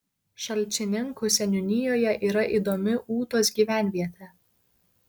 šalčininkų seniūnijoje yra įdomi ūtos gyvenvietė